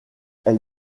elle